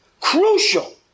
Crucial